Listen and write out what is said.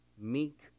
meek